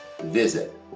visit